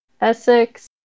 Essex